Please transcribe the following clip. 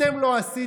אתם לא עשיתם.